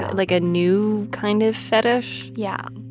like a new kind of fetish yeah